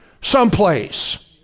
someplace